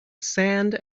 sand